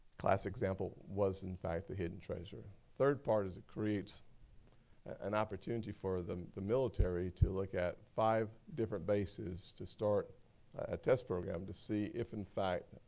classic example was in fact the hidden treasure. the third part is it creates an opportunity for the the military to look at five different bases to start a test program to see if, in fact,